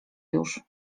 już